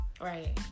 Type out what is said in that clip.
Right